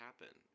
happen